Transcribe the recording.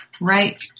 Right